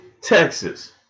Texas